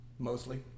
mostly